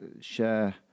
share